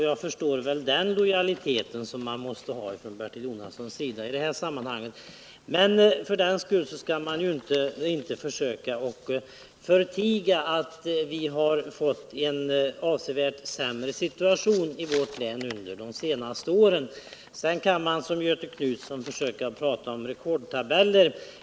Jag förstår mycket väl den lojalitet som Bertil Jonasson visar i det sammanhanget. Men för den skull skall man inte försöka förbigå att vi har fått en avsevärt sämre situation i vårt län de senaste åren. Göthe Knutson talade i detta sammanhang om rekordtabeller.